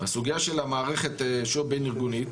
הסוגייה של המערכת שו"ב בין ארגונית,